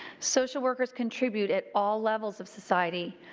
social workers contribute at all levels of society,